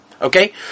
Okay